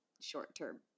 short-term